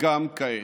גם כעת.